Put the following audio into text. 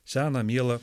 seną mielą